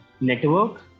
network